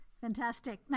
Fantastic